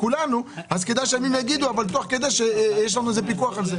כדאי שיהיה לנו פיקוח על זה.